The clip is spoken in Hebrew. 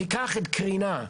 ניקח את הקרינה.